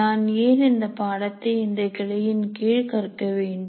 நான் ஏன் இந்த பாடத்தை இந்த கிளையின் கீழ் கற்கவேண்டும்